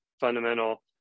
fundamental